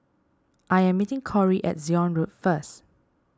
I am meeting Cory at Zion Road first